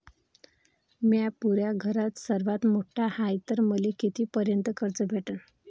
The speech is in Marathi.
म्या पुऱ्या घरात सर्वांत मोठा हाय तर मले किती पर्यंत कर्ज भेटन?